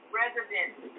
residents